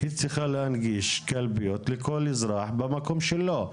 היא צריכה להנגיש קלפיות לכל אזרח במקום שלו,